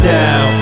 now